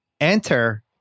Enter